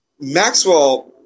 Maxwell